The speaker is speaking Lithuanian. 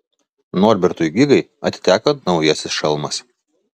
norbertui gigai atiteko naujasis šalmas